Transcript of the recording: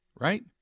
Right